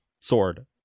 sword